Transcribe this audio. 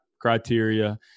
criteria